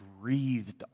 breathed